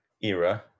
era